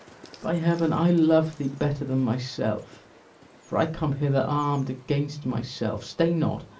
by heaven, i love thee better than myself for i come hither arm'd against myself stay not,